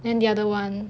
and the other [one]